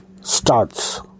starts